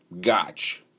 gotch